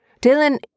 Dylan